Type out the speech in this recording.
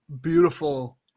beautiful